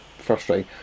frustrating